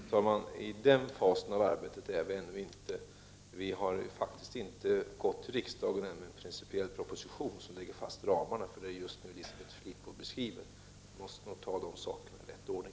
Herr talman! Vi är ännu inte i den fasen av arbetet. Vi har faktiskt ännu inte gått till riksdagen med en principiell proposition, där ramarna för det som Elisabeth Fleetwood just nu beskriver läggs fast. Vi måste nog ta dessa saker i rätt ordning.